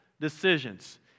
decisions